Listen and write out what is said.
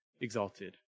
exalted